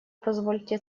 позвольте